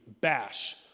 bash